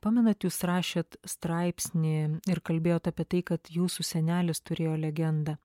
pamenat jūs rašėt straipsnį ir kalbėjot apie tai kad jūsų senelis turėjo legendą